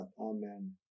Amen